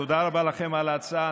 תודה רבה לכם על ההצעה.